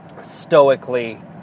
stoically